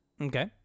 okay